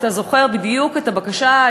אתה זוכר בדיוק את הבקשה,